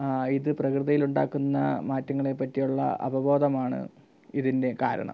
ഇത് പ്രകൃതിയിൽ ഉണ്ടാക്കുന്ന മാറ്റങ്ങളെ പറ്റിയുള്ള അവബോധമാണ് ഇതിൻ്റെ കാരണം